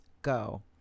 go